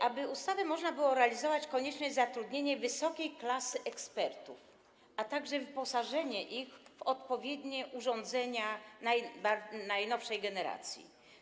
Aby ustawę można było realizować, konieczne jest zatrudnienie wysokiej klasy ekspertów, a także wyposażenie ich w odpowiednie urządzenia najnowszej generacji.